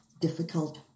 difficult